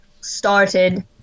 started